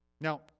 Now